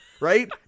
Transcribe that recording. right